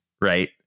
Right